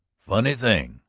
funny thing,